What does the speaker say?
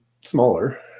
smaller